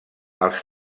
als